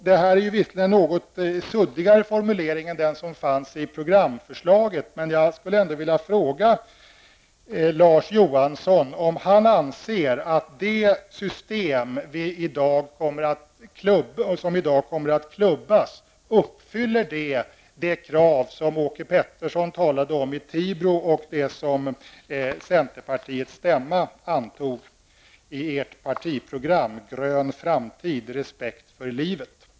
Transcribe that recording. Det här är en något suddigare formulering än den som fanns i programförslaget. Jag vill ändå fråga Larz Johansson om han anser att det system som i dag kommer att klubbas uppfyller det krav som Åke Pettersson talade om i Tibro och det som centerpartiets stämma antog i sitt partiprogram Grön framtid, respekt för livet.